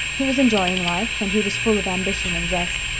he was enjoying life, and he was full of ambition and zest.